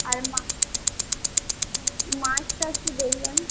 আর মা মাছটা একটু দেখবেন